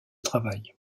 travail